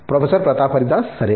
professor Pratap Haridas సరే